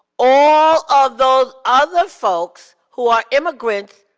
all of those other folks who are immigrants,